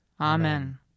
Amen